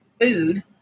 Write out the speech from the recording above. food